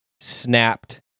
snapped